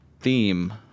theme